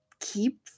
keep